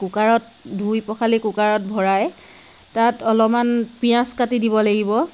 কুকাৰত ধুই পখালি কুকাৰত ভৰাই তাত অলমান পিঁয়াজ কাটি দিব লাগিব